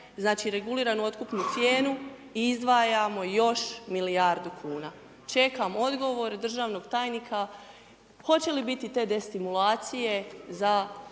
znači reguliranu otkupnu cijenu i izdvajamo još milijardu kuna. Čekam odgovor državnog tajnika hoće li biti te destimulacije za